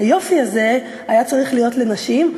היופי הזה היה צריך להיות לנשים.